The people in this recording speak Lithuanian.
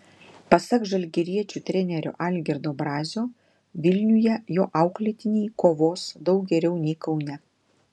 pasak žalgiriečių trenerio algirdo brazio vilniuje jo auklėtiniai kovos daug geriau nei kaune